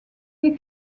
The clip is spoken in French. est